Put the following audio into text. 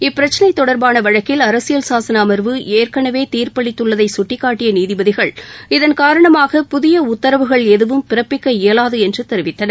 இப்பிரச்சனை தொடர்பான வழக்கில் அரசியல் சாசன அமர்வு ஏற்கனவே தீர்ப்பளித்துள்ளதை சுட்டிக்காட்டிய நீதிபதிகள் இதன் காரணமாக புதிய உத்தரவுகள் எதுவும் பிறப்பிக்க இயலாது என்று தெரிவித்தனர்